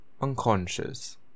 unconscious